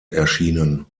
erschienen